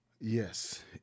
Yes